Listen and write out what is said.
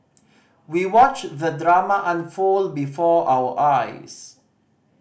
we watched the drama unfold before our eyes